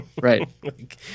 Right